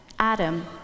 Adam